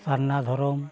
ᱥᱟᱨᱱᱟ ᱫᱷᱚᱨᱚᱢ